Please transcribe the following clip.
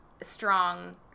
strong